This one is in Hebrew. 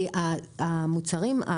כי המוצרים,